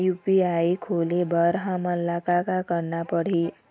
UPI खोले बर हमन ला का का करना पड़ही?